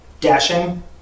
dashing